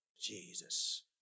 Jesus